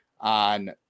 on